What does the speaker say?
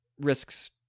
risks